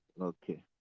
okay